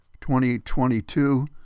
2022